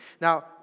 Now